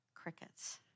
Crickets